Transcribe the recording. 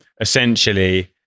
essentially